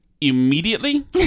immediately